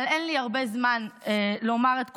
אבל אין לי הרבה זמן לומר את כולם,